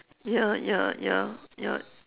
ya ya ya ya